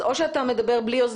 כשהן נקלטות הן מועברות.